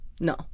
No